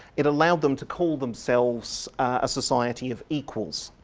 it allowed them to call themselves a society of equals.